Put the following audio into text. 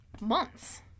months